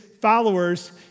followers